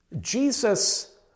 Jesus